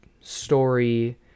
story